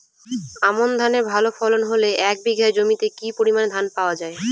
আমন ধানের ভালো ফলন হলে এক বিঘা জমিতে কি পরিমান ধান পাওয়া যায়?